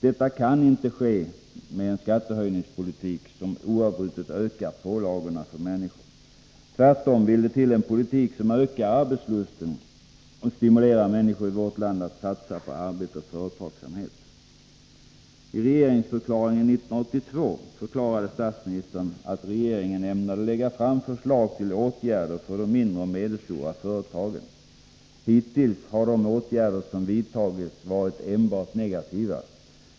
Detta kan inte ske med en skattehöjningspolitik som oavbrutet ökar pålagorna för människor. Tvärtom vill det till en politik som ökar arbetslusten och stimulerar människor i vårt land att satsa på arbete och företagsamhet. I regeringsförklaringen 1982 förklarade statsministern att regeringen ämnade lägga fram förslag till åtgärder för de mindre och medelstora företagen. Hittills har de åtgärder som vidtagits varit enbart negativa.